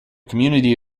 community